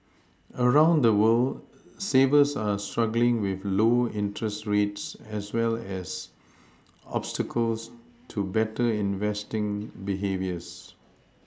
around the world savers are struggling with low interest rates as well as obstacles to better investing behaviours